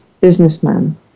businessman